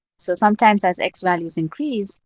so sometimes as x-values increase,